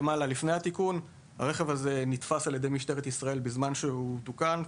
נתפס על ידי משטרת ישראל בזמן שהוא תוקן,